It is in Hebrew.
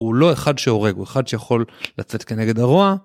הוא לא אחד שהורג. הוא אחד שיכול לצאת כנגד הרוע